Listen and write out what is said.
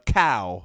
cow